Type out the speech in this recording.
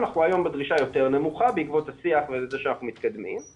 אנחנו היום בדרישה יותר נמוכה בעקבות השיח וזה שאנחנו מתקדמים,